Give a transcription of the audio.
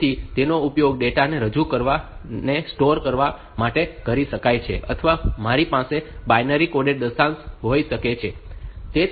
તેથી તેનો ઉપયોગ ડેટા ને રજૂ કરતા ડેટા ને સ્ટોર કરવા માટે કરી શકાય છે અથવા મારી પાસે બાઈનરી કોડેડ દશાંશ હોઈ શકે છે